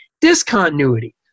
discontinuity